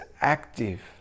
active